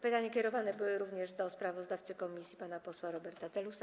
Pytania kierowane były również do sprawozdawcy komisji pana posła Roberta Telusa.